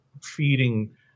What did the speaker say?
feeding